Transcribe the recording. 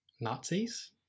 Nazis